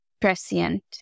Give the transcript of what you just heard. prescient